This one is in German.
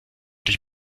dich